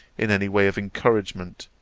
in any way of encouragement,